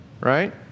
Right